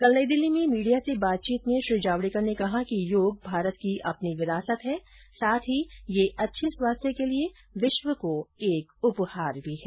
कल नई दिल्ली में मीडिया से बातचीत में श्री जावड़ेकर ने कहा कि योग भारत की अपनी विरासत है साथ ही यह अच्छे स्वास्थ्य के लिए विश्व को उपहार भी है